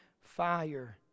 fire